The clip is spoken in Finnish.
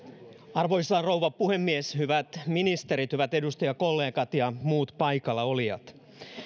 arvoisa rouva puhemies hyvät ministerit hyvät edustajakollegat ja muut paikalla olijat